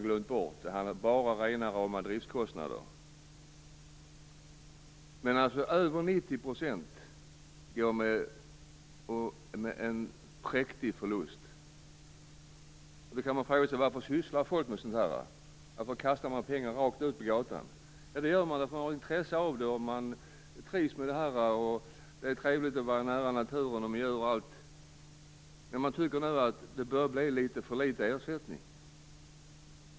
Det handlar bara om rena rama driftskostnader. Över 90 % går med präktig förlust. Då kan man fråga sig: Varför sysslar folk med sådant här? Varför kastar man pengar rakt ut på gatan? Jo, man gör det för att man har intresse av det. Man trivs med det här. Det är trevligt att vara nära naturen och att vara med djur. Men nu tycker man att det börjar bli litet för liten ersättning.